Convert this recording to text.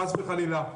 חס וחלילה,